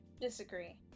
Disagree